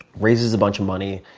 raises a bunch of money,